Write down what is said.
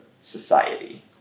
society